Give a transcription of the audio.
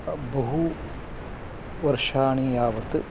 बहु वर्षाणि यावत्